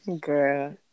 Girl